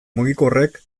mugikorrek